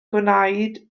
gwneud